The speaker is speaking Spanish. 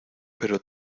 pero